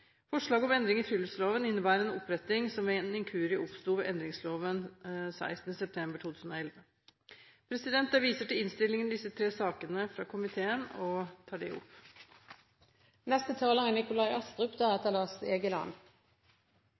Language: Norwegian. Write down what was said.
om endring i friluftsloven innebærer en oppretting som ved en inkurie oppsto ved endringsloven 16. september 2011. Jeg viser til innstillingene i disse tre sakene fra komiteen og